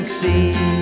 see